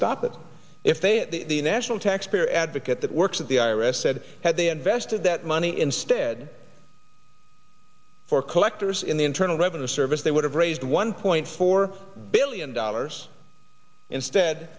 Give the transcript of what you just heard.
stop that if they the national taxpayer advocate that works at the i r s said had they invested that money instead for collectors in the internal revenue service they would have raised one point four billion dollars instead